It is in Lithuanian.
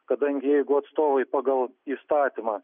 kadangi jeigu atstovai pagal įstatymą